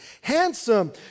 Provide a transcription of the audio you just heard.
handsome